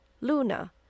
Luna